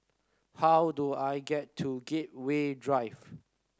how do I get to Gateway Drive